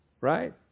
Right